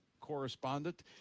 correspondent